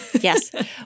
Yes